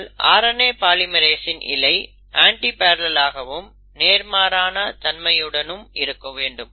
ஆனால் RNA பாலிமெரேசின் இழை அண்டிபரலெல் ஆகவும் நேர்மாறான தன்மையுடனும் இருக்க வேண்டும்